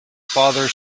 father